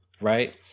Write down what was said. right